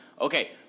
Okay